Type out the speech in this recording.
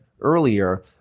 earlier